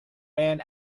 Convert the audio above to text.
ran